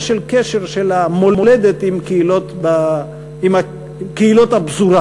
של הקשר של המולדת עם קהילות הפזורה.